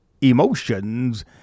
emotions